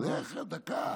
דקה.